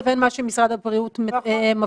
לבין מה שמשרד הבריאות מפעיל,